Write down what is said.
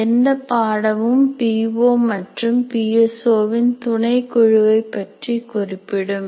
எந்த பாடமும் P O மற்றும் பி எஸ் ஓ வின் துணை குழுவைப் பற்றி குறிப்பிடும்